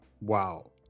Wow